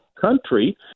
country